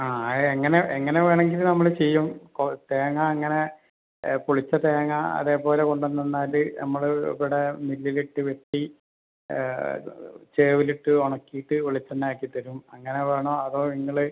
ആ എങ്ങനെ എങ്ങനെ വേണമെങ്കിലും നമ്മൾ ചെയ്യും ഇപ്പോൾ തേങ്ങ അങ്ങനെ പൊളിച്ച തേങ്ങ അതേപോലെ കൊണ്ടുവന്ന് തന്നാൽ നമ്മൾ ഇവിടെ മില്ലിൽ ഇട്ട് വെട്ടി ചേവിലിട്ട് ഉണ്ടാക്കിയിട്ട് വെളിച്ചെണ്ണയാക്കി തരും അങ്ങനെ വേണോ അതോ നിങ്ങൾ